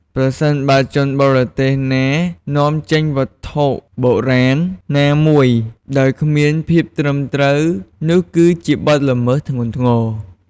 ប្រសិនបើជនបរទេសណានាំចេញវត្ថុបុរាណណាមួយដោយគ្មានភាពត្រឹមត្រូវ នោះគឺជាបទល្មើសធ្ងន់ធ្ងរ។